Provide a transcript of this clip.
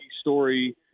story